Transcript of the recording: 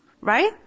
Right